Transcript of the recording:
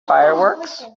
fireworks